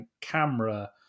camera